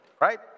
Right